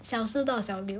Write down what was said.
小四到小六